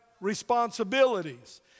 responsibilities